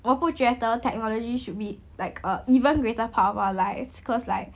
我不觉得 technology should be like a even greater part of our lives because like